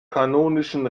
kanonischen